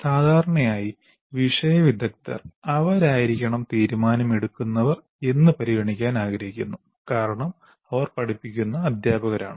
സാധാരണയായി വിഷയവിദഗ്ദ്ധർ അവരായിരിക്കണം തീരുമാനം എടുക്കുന്നവർ എന്ന് പരിഗണിക്കാൻ ആഗ്രഹിക്കുന്നു കാരണം അവർ പഠിപ്പിക്കുന്ന അധ്യാപകരാണ്